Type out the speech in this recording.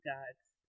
God's